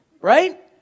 Right